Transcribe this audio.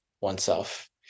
oneself